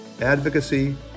advocacy